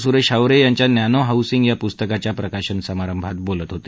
Suresh Haware nano नॅनो हाउसिंग या पुस्तकाच्या प्रकाशन समारंभात बोलत होते